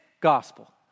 gospel